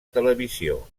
televisió